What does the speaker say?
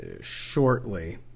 shortly